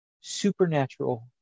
supernatural